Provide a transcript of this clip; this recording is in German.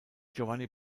giovanni